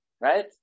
Right